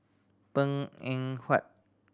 Png Eng Huat